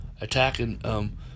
attacking